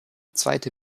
zweite